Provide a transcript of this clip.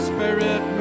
Spirit